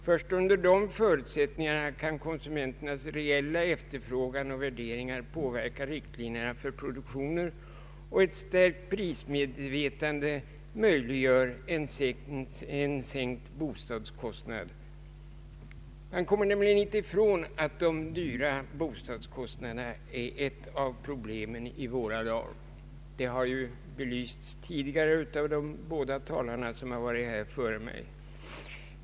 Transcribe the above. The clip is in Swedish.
Först under dessa förutsättningar kan konsumenternas reella efterfrågan och värderingar påverka riktlinjerna för produktionen och ett starkt prismedvetande möjliggöra en sänkt bostadskostnad. Man kommer nämligen inte ifrån att de höga bostadskostnaderna är ett problem i våra dagar. Det har tidigare belysts av de båda talarna före mig.